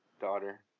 daughter